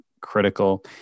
critical